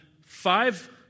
five